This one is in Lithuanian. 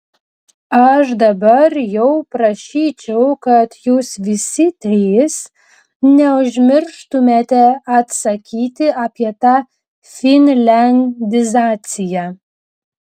aš dabar jau prašyčiau kad jūs visi trys neužmirštumėte atsakyti apie tą finliandizaciją